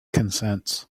consents